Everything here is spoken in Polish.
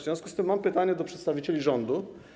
W związku z tym mam pytanie do przedstawicieli rządu.